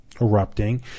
erupting